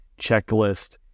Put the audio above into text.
checklist